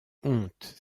honte